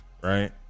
right